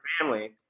family